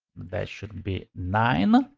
that should be nine.